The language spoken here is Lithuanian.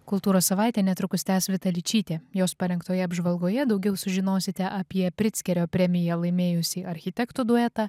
kultūros savaitę netrukus tęs vita ličytė jos parengtoje apžvalgoje daugiau sužinosite apie prickerio premiją laimėjusį architektų duetą